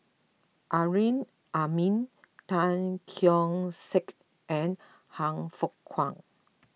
Amrin Amin Tan Keong Saik and Han Fook Kwang